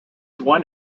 one